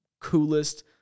coolest